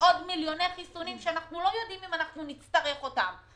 עוד מיליוני חיסונים שאנחנו לא יודעים אם נצטרך אותם,